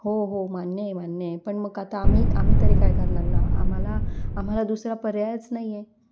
हो हो मान्य आहे मान्य आहे पण मग आता आम्ही आम्ही तरी काय करणार ना आम्हाला आम्हाला दुसरा पर्यायच नाही आहे